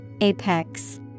Apex